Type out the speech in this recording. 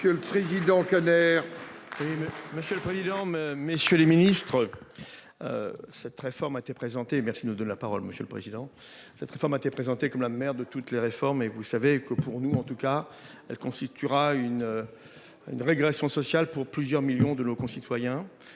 monsieur le président. Cette réforme a été présentée comme la mère de toutes les réformes et vous savez que, pour nous en tout cas elle constituera une. Une régression sociale pour plusieurs millions de nos concitoyens